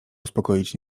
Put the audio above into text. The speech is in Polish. uspokoić